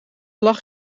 lag